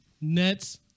Nets